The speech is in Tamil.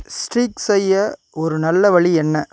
ஸ்டீக் செய்ய ஒரு நல்ல வழி என்ன